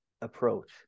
approach